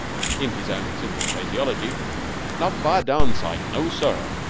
in his own simple phraseology not by a darned sight. no, sir.